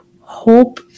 Hope